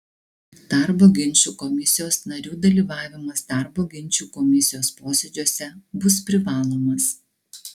darbo ginčų komisijos narių dalyvavimas darbo ginčų komisijos posėdžiuose bus privalomas